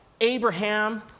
Abraham